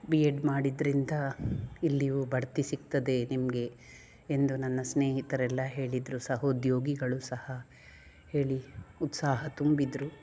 B Ed ಮಾಡಿದ್ದರಿಂದ ಇಲ್ಲಿಯೂ ಬಡ್ತಿ ಸಿಗ್ತದೆ ನಿಮಗೆ ಎಂದು ನನ್ನ ಸ್ನೇಹಿತರೆಲ್ಲ ಹೇಳಿದರು ಸಹೋದ್ಯೋಗಿಗಳು ಸಹ ಹೇಳಿ ಉತ್ಸಾಹ ತುಂಬಿದ್ದರು